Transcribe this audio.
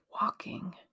walking